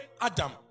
Adam